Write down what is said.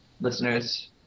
listeners